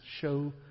show